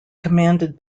commanded